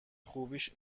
خوبیش